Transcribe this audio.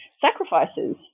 sacrifices